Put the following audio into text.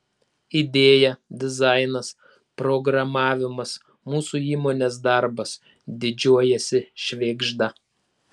idėja dizainas programavimas mūsų įmonės darbas didžiuojasi švėgžda